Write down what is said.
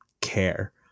care